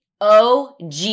OG